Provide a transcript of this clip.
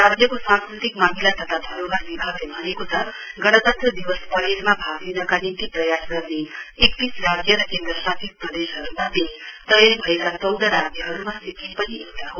राज्यको सांस्कृतिक मामिला तता धरोहर विभागले भनेको छ गणतन्त्र दिवस परेडमा भाग लिनका निम्ति प्रयास गर्ने एकतीस राज्य र केन्द्र शासित प्रदेशहरुमध्ये चयन भएका चौध राज्यहरुमा सिक्किम पनि एउटा हो